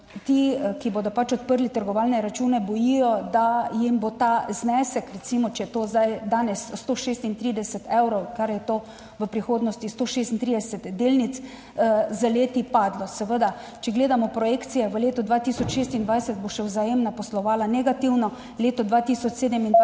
ki bodo pač odprli trgovalne račune, bojijo, da jim bo ta znesek, recimo če je to zdaj danes 136 evrov, kar je to v prihodnosti 136 delnic, z leti padel. Če gledamo projekcije, v letu 2026 bo še Vzajemna poslovala negativno, za leto 2027